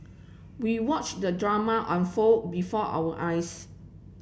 we watched the drama unfold before our eyes